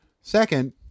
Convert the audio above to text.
Second